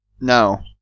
No